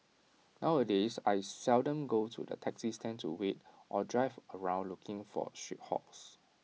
nowadays I seldom go to the taxi stand to wait or drive around looking for street hails